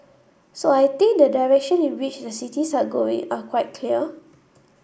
so I think the direction in which the cities are going are quite clear